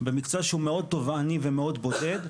במקצוע שהוא מאוד תובעני ומאוד בודד,